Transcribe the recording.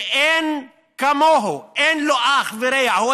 שאין כמוהו, אין לו אח ורע, הוא